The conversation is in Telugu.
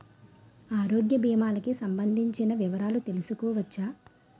ఆరోగ్య భీమాలకి సంబందించిన వివరాలు తెలుసుకోవచ్చా?